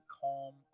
calm